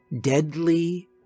deadly